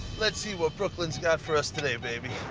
let's see what brooklyn's got for us today, baby.